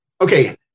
okay